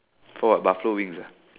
for what Buffalo wings ah